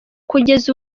kugeza